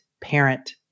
parent